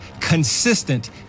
consistent